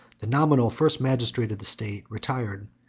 the nominal first magistrate of the state retired,